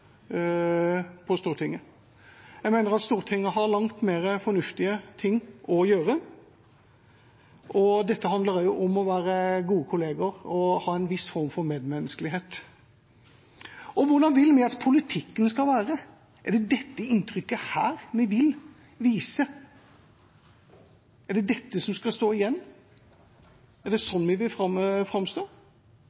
på Stortinget. Jeg mener at Stortinget har langt mer fornuftige ting å gjøre. Dette handler om å være gode kollegaer og ha en viss form for medmenneskelighet. Det handler også om hvordan vi vil at politikken skal være. Er det dette inntrykket vi vil vise? Er det dette som skal stå igjen? Er det